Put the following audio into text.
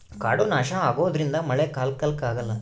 ಕಾಡು ನಾಶ ಆಗೋದ್ರಿಂದ ಮಳೆ ಕಾಲ ಕಾಲಕ್ಕೆ ಆಗಲ್ಲ